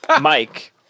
Mike